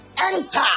enter